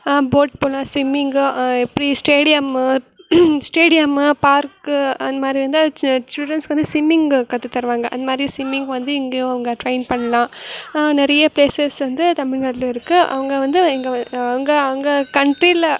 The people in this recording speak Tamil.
போட் போகலாம் swimming free stadium stadium park அந்த மாதிரி இருந்தால் சில் சில்ட்ரன்ஸ்க்கு வந்து ஸ்விம்மிங்கு கற்று தருவாங்க அது மாதிரி ஸ்விம்மிங் வந்து இங்கையும் அவங்க ட்ரைன் பண்ணலாம் நிறைய ப்ளேஸஸ் வந்து தமிழ்நாட்டில் இருக்குது அவங்க வந்து இங்கே அங்கே அங்கே கண்ட்ரியில்